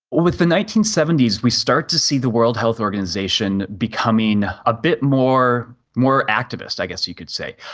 with the nineteen seventy s we start to see the world health organisation becoming a bit more more activist, i guess you could say.